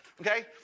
okay